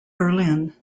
berlin